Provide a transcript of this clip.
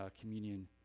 communion